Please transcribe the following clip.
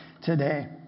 today